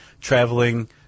traveling